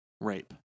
rape